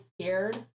scared